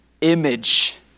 image